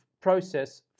process